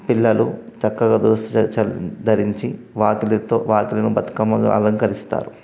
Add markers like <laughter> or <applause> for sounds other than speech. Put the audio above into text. పిల్లలు చక్కగా దోస్ <unintelligible> ధరించి వాకిలితో వాకిలిని బతుకమ్మగా అలంకరిస్తారు